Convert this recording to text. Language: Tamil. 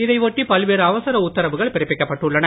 இதை ஒட்டி பல்வேறு அவசர உத்தரவுகள் பிறப்பிக்கப்பட்டுள்ளன